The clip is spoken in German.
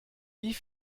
wie